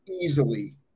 easily